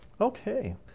Okay